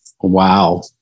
Wow